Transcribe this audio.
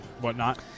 whatnot